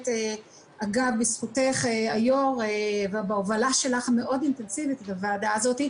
אשמח קצת יותר להעמיק, אבל לא בהזדמנות הזאת.